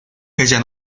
ella